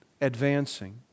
advancing